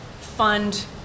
fund